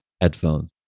headphones